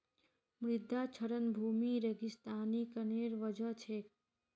मृदा क्षरण भूमि रेगिस्तानीकरनेर वजह छेक